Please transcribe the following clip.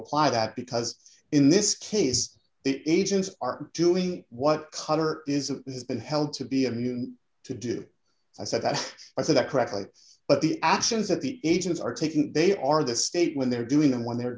apply that because in this case eaton's are doing what color is has been held to be immune to do i said that i said that correctly but the actions that the agents are taking they are the state when they're doing and when they're